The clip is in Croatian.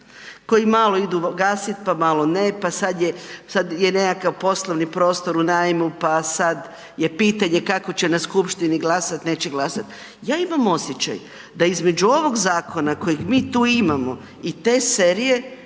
koji malo idu gasit, pa malo ne, pa sad je, sad je nekakav poslovni prostor u najmu, pa sad je pitanje kako će na skupštini glasat, neće glasat. Ja imam osjećaj da između ovog zakona kojeg mi tu imamo i te serije